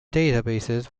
databases